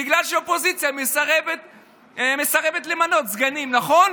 בגלל שהאופוזיציה מסרבת למנות סגנים, נכון?